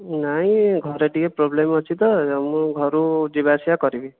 ନାଇଁ ଘରେ ଟିକିଏ ପ୍ରୋବ୍ଲେମ୍ ଅଛି ତ ମୁଁ ଘରୁ ଯିବା ଆସିବା କରିବି